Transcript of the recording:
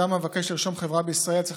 אדם המבקש לרשום חברה בישראל צריך